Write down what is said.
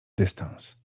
dystans